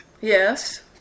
Yes